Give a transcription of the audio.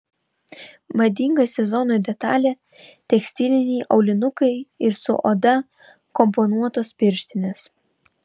madinga sezono detalė tekstiliniai aulinukai ir su oda komponuotos pirštinės